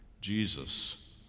jesus